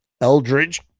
Eldridge